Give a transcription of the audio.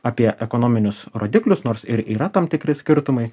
apie ekonominius rodiklius nors ir yra tam tikri skirtumai